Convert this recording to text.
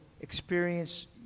experience